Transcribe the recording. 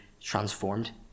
transformed